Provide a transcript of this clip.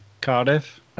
cardiff